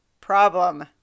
problem